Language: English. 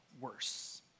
worse